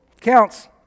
counts